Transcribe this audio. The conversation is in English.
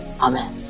amen